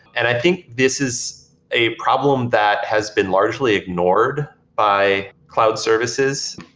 and i think this is a problem that has been largely ignored by cloud services,